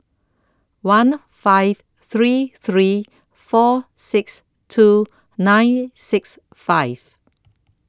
one five three three four six two nine six five